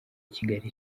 kigali